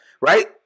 right